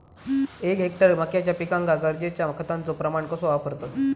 एक हेक्टर मक्याच्या पिकांका गरजेच्या खतांचो प्रमाण कसो वापरतत?